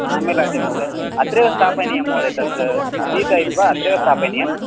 हा मिलाति महोदय अत्रैव स्थापनीयं महोदय तद् पीत्वा अत्रैव स्थापनीयं